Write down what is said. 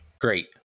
great